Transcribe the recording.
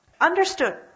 Understood